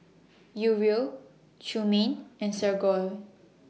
Uriel Trumaine and Sergio